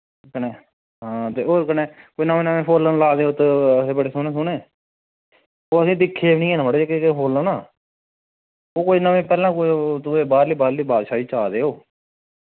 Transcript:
कन्नै हां ते और कन्नै कोई नवें नवें फुल्ल न लाए दे उत्त बड़े सोह्ने सोह् ने ओ असैं दिक्खे दे बी हैन मड़ो जेह्के जेह्के फुल्ल न ओह् कोई नवें पैह्ले कोई बाह्रली बाह्रली